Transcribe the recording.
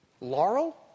Laurel